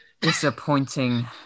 Disappointing